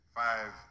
five